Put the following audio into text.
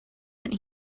that